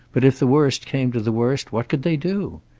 but if the worst came to the worst, what could they do?